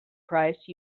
price